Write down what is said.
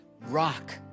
rock